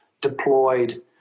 deployed